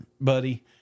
buddy